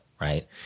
right